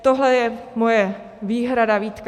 Tohle je moje výhrada, výtka.